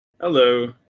Hello